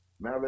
Now